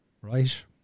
right